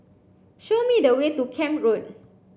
show me the way to Camp Road